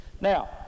Now